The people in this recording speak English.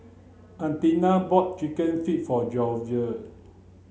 Anita bought chicken feet for Georgie